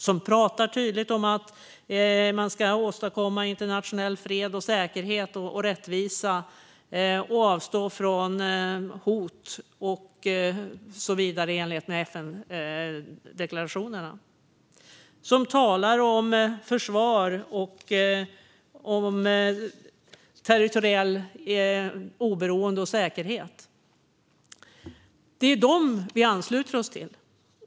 Där talas tydligt om att åstadkomma internationell fred, säkerhet och rättvisa och avstå från hot och så vidare i enlighet med FN-deklarationerna. Där talas om försvar, territoriellt oberoende och säkerhet. Det är detta vi ansluter oss till.